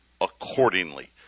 accordingly